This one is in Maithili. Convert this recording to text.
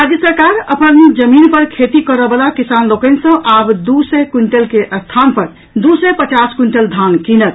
राज्य सरकार अपन जमीन पर खेती करऽ वला किसान लोकनि सँ आब दू सय क्विंटल के स्थान पर दू सय पचास क्विंटल धान कीनत